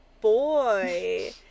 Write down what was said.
boy